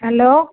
hello